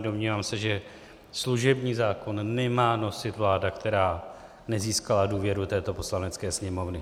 Domnívám se, že služební zákon nemá nosit vláda, která nezískala důvěru této Poslanecké sněmovny.